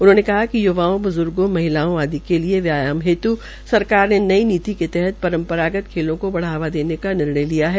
उन्होंने य्वाओं ब्ज्र्गो महिलाओं आदि के लिए व्यायाम हेतू सरकार ने ये नीति के तहत परम्परागत खेलों को बढ़ावा देने का निर्णय लिया है